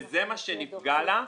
וזה מה שנפגע לה.